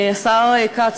השר כץ,